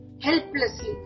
helplessly